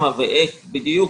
עוד מוקדם לדבר על כמה ואיך בדיוק,